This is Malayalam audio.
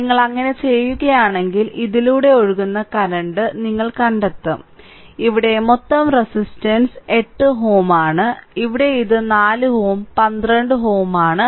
നിങ്ങൾ അങ്ങനെ ചെയ്യുകയാണെങ്കിൽ ഇതിലൂടെ ഒഴുകുന്ന കറന്റ് നിങ്ങൾ കണ്ടെത്തും ഇവിടെ മൊത്തം റെസിസ്റ്റൻസ് 8 Ω ആണ് ഇവിടെ ഇത് 4 Ω 12 Ω ആണ്